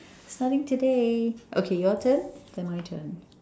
starting today okay your turn then my turn